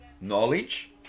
knowledge